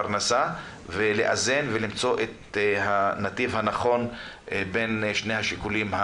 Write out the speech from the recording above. לנו פתרון סביר והגיוני שיאזן וישקלל בין כל הדברים.